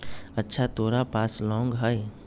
अच्छा तोरा पास लौंग हई?